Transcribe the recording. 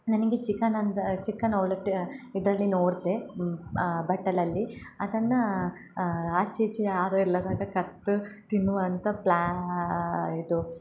ನನಗೆ ಚಿಕನ್ ಅಂದಾ ಚಿಕನ್ ಅವ್ಳು ಒಟ್ಟು ಇದರಲ್ಲಿ ನೋಡ್ದೆ ಬಟ್ಟಲಲ್ಲಿ ಅದನ್ನ ಆಚೆ ಈಚೆ ಯಾರು ಇಲ್ಲದಾಗ ಕದ್ದು ತಿನ್ನುವಂಥ ಪ್ಲ್ಯಾ ಇದು